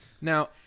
now